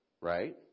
right